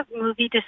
movie